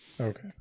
Okay